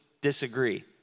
disagree